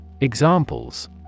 Examples